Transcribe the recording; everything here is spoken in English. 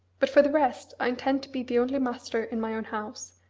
but for the rest, i intend to be the only master in my own house,